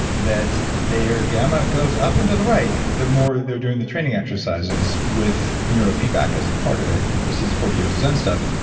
that their gamma goes up into the right the more they're doing the training exercises with neuro feedback as a part of it. this is forty years of zen stuff,